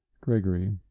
Gregory